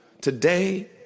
today